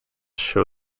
show